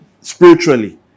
spiritually